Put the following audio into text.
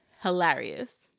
hilarious